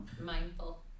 Mindful